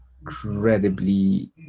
Incredibly